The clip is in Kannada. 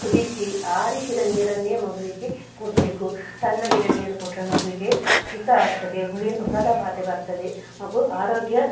ಕುದಿಸಿ ಆರಿಸಿದ ನೀರನ್ನೇ ಮಗುವಿಗೆ ಕೊಡಬೇಕು ತಣ್ಣಗಿನ ನೀರು ಕೊಟ್ಟರೆ ಮಗುವಿಗೆ ಶೀತ ಆಗ್ತದೆ ಹುಳಿ ಹುಳದ ಬಾಧೆ ಬರ್ತದೆ ಮಗು ಆರೋಗ್ಯ